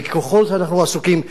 וככל שאנחנו עסוקים בבית-שמש,